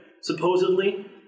supposedly